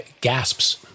gasps